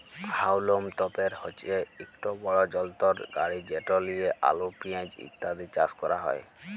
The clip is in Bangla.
হাউলম তপের হছে ইকট বড় যলত্র গাড়ি যেট লিঁয়ে আলু পিয়াঁজ ইত্যাদি চাষ ক্যরা হ্যয়